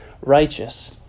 Righteous